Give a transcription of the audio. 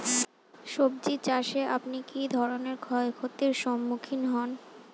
সবজী চাষে আপনি কী ধরনের ক্ষয়ক্ষতির সম্মুক্ষীণ হন?